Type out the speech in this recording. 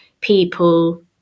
people